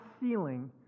ceiling